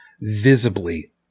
visibly